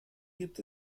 gibt